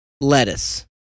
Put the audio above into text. lettuce